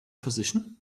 position